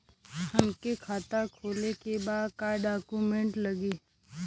हमके खाता खोले के बा का डॉक्यूमेंट लगी?